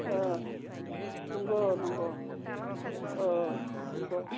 अ नंगौ नंगौ अ बेनोथ'